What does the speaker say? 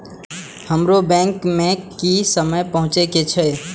हमरो बैंक में की समय पहुँचे के छै?